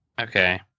Okay